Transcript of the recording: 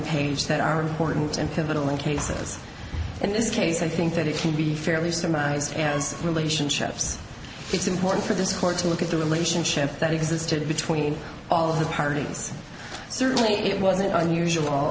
page that are important and pivotal in cases in this case i think that it can be fairly soon as relationships it's important for this court to look at the relationship that existed between all of the parties certainly it wasn't unusual